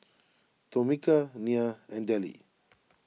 Tomika Nya and Dellie